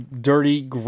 dirty